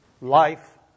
life